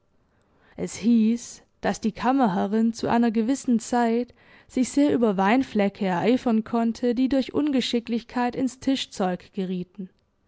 es hieß daß die kammerherrin zu einer gewissen zeit sich sehr über weinfieckeereifern konnte die durch ungeschicklichkeit ins tischzeug gerieten